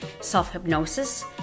self-hypnosis